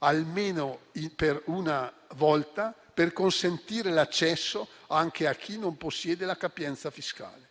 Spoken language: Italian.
almeno per una volta, per consentire l'accesso anche a chi non possiede la capienza fiscale.